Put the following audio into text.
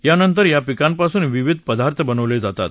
या नंतर या पीकापासून विविध पदार्थ बनवलेल जातात